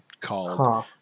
called